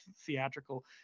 theatrical